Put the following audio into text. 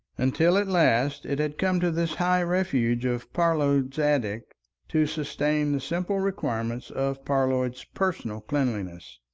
until at last it had come to this high refuge of parload's attic to sustain the simple requirements of parload's personal cleanliness.